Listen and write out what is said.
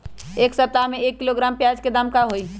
एक सप्ताह में एक किलोग्राम प्याज के दाम का होई?